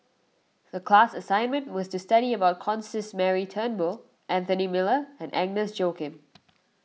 the class assignment was to study about Constance Mary Turnbull Anthony Miller and Agnes Joaquim